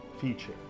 feature